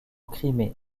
crimée